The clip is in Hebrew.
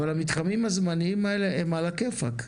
אבל המתחמים הזמניים האלה הם על הכיפאק,